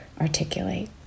articulate